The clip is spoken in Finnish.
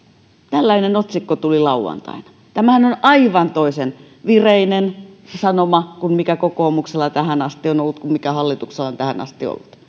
tällainen otsikko tuli lauantaina tämähän on aivan toisenvireinen sanoma kuin se mikä kokoomuksella tähän asti on ollut mikä hallituksella on tähän asti ollut